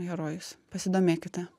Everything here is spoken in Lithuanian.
herojus pasidomėkite